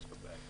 יש לו בעיה.